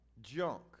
junk